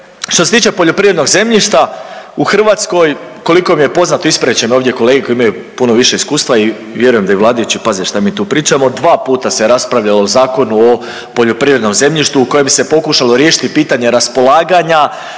što se tiče poljoprivrednog zemljišta u Hrvatskoj koliko mi je poznato, ispravit će me ovdje kolege koji imaju puno više iskustva i vjerujem da i vladajući paze šta mi tu pričamo, dva puta se raspravljamo o Zakonu o poljoprivrednom zemljištu u kojem se pokušalo riješiti pitanje raspolaganja